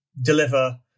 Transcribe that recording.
deliver